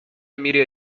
media